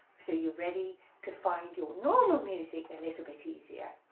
so you're ready to find your normal music a little bit easier,